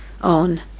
on